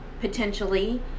potentially